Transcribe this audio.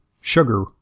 sugar